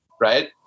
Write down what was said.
right